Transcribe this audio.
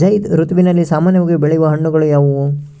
ಝೈಧ್ ಋತುವಿನಲ್ಲಿ ಸಾಮಾನ್ಯವಾಗಿ ಬೆಳೆಯುವ ಹಣ್ಣುಗಳು ಯಾವುವು?